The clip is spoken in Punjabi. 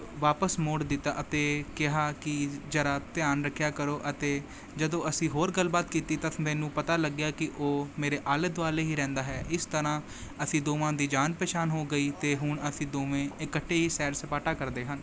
ਵਾਪਸ ਮੋੜ ਦਿੱਤਾ ਅਤੇ ਕਿਹਾ ਕਿ ਜਰਾ ਧਿਆਨ ਰੱਖਿਆ ਕਰੋ ਅਤੇ ਜਦੋਂ ਅਸੀਂ ਹੋਰ ਗੱਲਬਾਤ ਕੀਤੀ ਤਾਂ ਮੈਨੂੰ ਪਤਾ ਲੱਗਿਆ ਕਿ ਉਹ ਮੇਰੇ ਆਲੇ ਦੁਆਲੇ ਹੀ ਰਹਿੰਦਾ ਹੈ ਇਸ ਤਰ੍ਹਾਂ ਅਸੀਂ ਦੋਵਾਂ ਦੀ ਜਾਣ ਪਛਾਣ ਹੋ ਗਈ ਅਤੇ ਹੁਣ ਅਸੀਂ ਦੋਵੇਂ ਇਕੱਠੇ ਹੀ ਸੈਰ ਸਪਾਟਾ ਕਰਦੇ ਹਨ